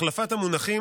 החלפת המונחים,